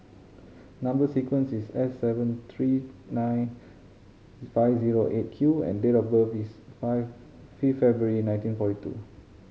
number sequence is S seven three nine five zero Eight Q and date of birth is five February nineteen forty two